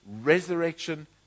resurrection